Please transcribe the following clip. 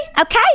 okay